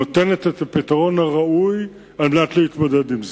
נותנת את הפתרון הראוי כדי להתמודד עם זה.